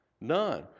None